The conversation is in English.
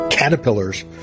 caterpillars